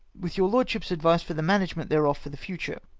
with your lordship's advice for the manage ment thereof for the future.